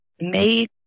made